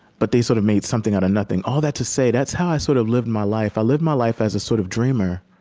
but they sort of made something out of nothing all that to say, that's how i sort of live my life. i live my life as a sort of dreamer,